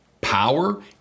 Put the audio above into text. power